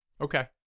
okay